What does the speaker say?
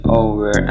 over